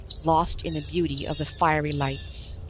lost in the beauty of the fiery lights.